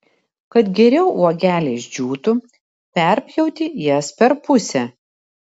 kad geriau uogelės džiūtų perpjauti jas per pusę